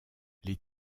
les